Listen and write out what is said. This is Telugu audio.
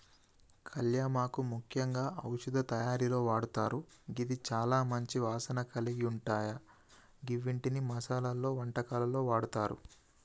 కళ్యామాకు ముఖ్యంగా ఔషధ తయారీలో వాడతారు గిది చాల మంచి వాసన కలిగుంటాయ గివ్విటిని మసాలలో, వంటకాల్లో వాడతారు